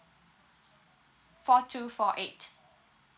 four two four eight